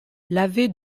lavé